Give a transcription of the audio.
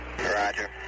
Roger